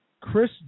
Chris